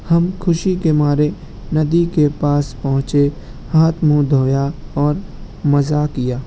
ہم خوشی کے مارے ندی کے پاس پہنچے ہاتھ مُنہ دھویا اور مزہ کیا